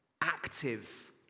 active